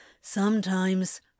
Sometimes